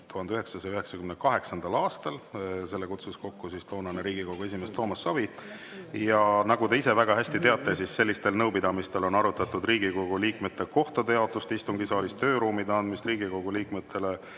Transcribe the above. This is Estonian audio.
1998. aastal, selle kutsus kokku toonane Riigikogu esimees Toomas Savi. Ja nagu te ise väga hästi teate, sellistel nõupidamistel on arutatud Riigikogu liikmete kohtade jaotust istungisaalis, tööruumide andmist Riigikogu liikmetele